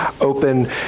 open